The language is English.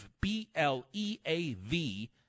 B-L-E-A-V